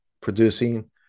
producing